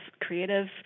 creative